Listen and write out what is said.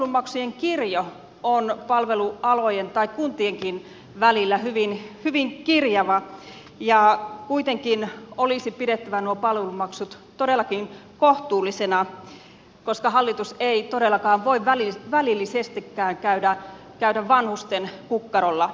palvelumaksujen kirjo on kuntienkin välillä hyvin kirjava ja kuitenkin olisi pidettävä nuo palvelumaksut todellakin kohtuullisina koska hallitus ei todellakaan voi välillisestikään käydä vanhusten kukkarolla